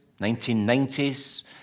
1990s